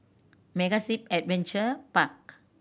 MegaZip Adventure Park